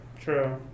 True